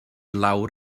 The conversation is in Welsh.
lawr